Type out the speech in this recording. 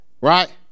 right